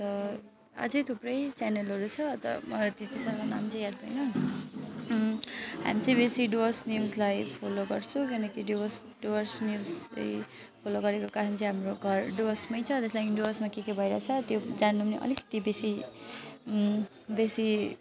अन्त अझै थुप्रै च्यानलहरू छ तर मलाई त्यत्ति साह्रो नाम चाहिँ याद भएन हामी चाहिँ बेसी डुवर्स न्युजलाई फलो गर्छौँ किनकि डुवर्स डुवर्स न्युजकै फलो गरेको कारण चाहिँ हाम्रो घर डुवर्समै छ त्यस लागि डुवर्समा के के भइरहेको छ त्यो जान्नु पनि अलिकति बेसी बेसी